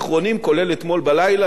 והיום בבוקר נמשכו המגעים,